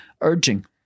urging